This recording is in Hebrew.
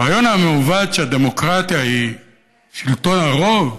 הרעיון המעוות שהדמוקרטיה היא שלטון הרוב,